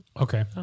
Okay